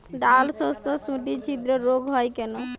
ডালশস্যর শুটি ছিদ্র রোগ হয় কেন?